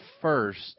first